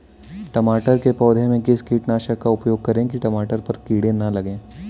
टमाटर के पौधे में किस कीटनाशक का उपयोग करें कि टमाटर पर कीड़े न लगें?